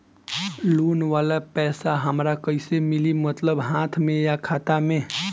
Loan वाला पैसा हमरा कइसे मिली मतलब हाथ में या खाता में?